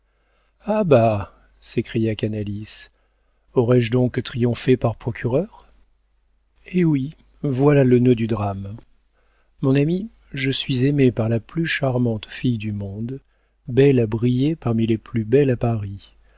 s'écria canalis aurais-je donc triomphé par procureur eh oui voilà le nœud du drame mon ami je suis aimé par la plus charmante fille du monde belle à briller parmi les plus belles à paris